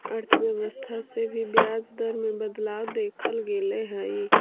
अर्थव्यवस्था से भी ब्याज दर में बदलाव देखल गेले हइ